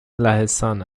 لهستان